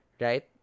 right